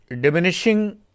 diminishing